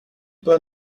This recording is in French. pas